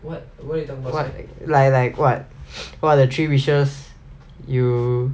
what like like what what are the three wishes you